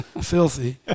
filthy